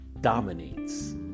dominates